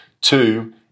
Two